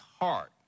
heart